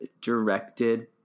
directed